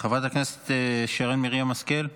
חברת הכנסת שרן מרים השכל.